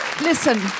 listen